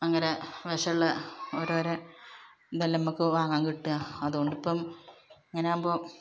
ഭയങ്കര വിഷമുള്ള ഓരോരോ ഇതല്ലെ നമുക്ക് വാങ്ങാങ്കിട്ടുക അതു കൊണ്ടിപ്പം ഇങ്ങനെയാകുമ്പം